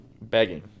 begging